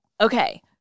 okay